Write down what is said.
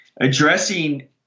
Addressing